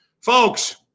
folks